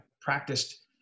practiced